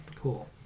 Cool